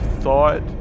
thought